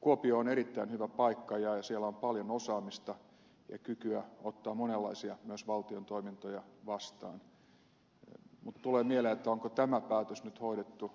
kuopio on erittäin hyvä paikka ja siellä on paljon osaamista ja kykyä ottaa monenlaisia myös valtion toimintoja vastaan mutta tulee mieleen onko tämä päätös nyt hoidettu